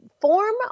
form